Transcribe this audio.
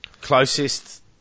Closest